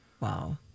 Wow